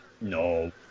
No